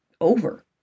over